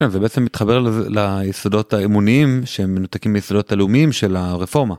זה בעצם מתחבר ליסודות האמוניים שהם מנותקים ביסודות הלאומיים של הרפורמה.